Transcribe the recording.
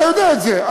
אתה יודע את זה.